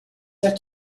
her